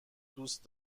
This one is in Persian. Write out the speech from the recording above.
دوست